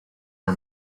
her